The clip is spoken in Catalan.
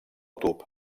tub